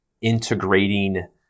integrating